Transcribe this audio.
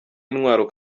intwaro